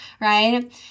right